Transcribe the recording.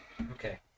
Okay